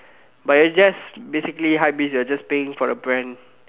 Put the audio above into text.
but it's just basically hypebeast you're just paying for a brand